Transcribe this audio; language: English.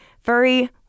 Furry